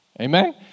Amen